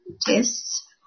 tests